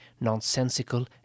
nonsensical